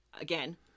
again